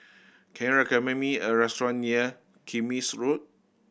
can you recommend me a restaurant near Kismis Road